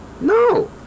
No